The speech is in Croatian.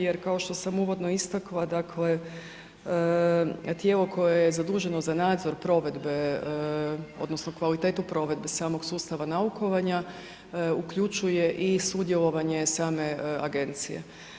Jer kao što sam uvodno istakla, dakle tijelo koje je zaduženo za nadzor provedbe, odnosno kvalitetu provedbe samog sustava naukovanja uključuje i sudjelovanje same agencije.